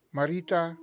Marita